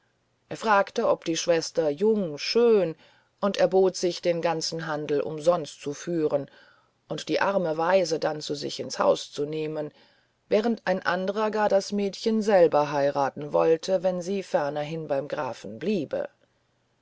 er fragte ob die schwester jung schön und erbot sich den ganzen handel umsonst zu führen und die arme waise dann zu sich ins haus zu nehmen während ein andrer gar das mädchen selber heiraten wollte wenn sie fernerhin beim grafen bliebe